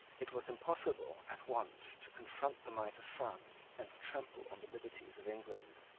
it was impossible at once to confront the might of france and to trample on the liberties of england.